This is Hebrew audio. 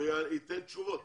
ייתן תשובות.